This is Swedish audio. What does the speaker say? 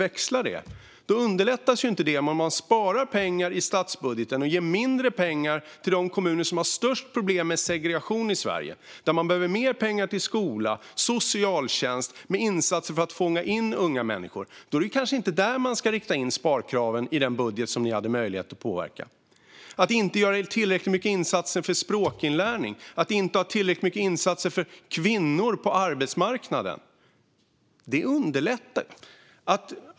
Integrationen underlättas inte av att man sparar pengar i statsbudgeten och ger mindre pengar till de kommuner som har störst problem med segregation i Sverige - de som behöver mer pengar till skola, socialtjänst och insatser för att fånga in unga människor. Det kanske inte var där man skulle lägga sparkraven i den budget som Sverigedemokraterna hade möjlighet att påverka. Att inte göra tillräckliga insatser för språkinlärning och inte göra tillräckliga insatser för kvinnor på arbetsmarknaden underlättar inte.